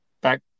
back